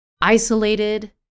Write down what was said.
isolated